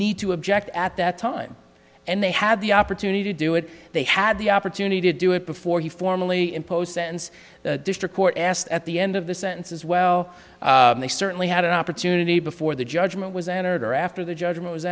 need to object at that time and they have the opportunity to do it they had the opportunity to do it before you formally impose sentence the district court asked at the end of the sentence as well they certainly had an opportunity before the judgment was entered or after the judgment was